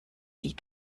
sie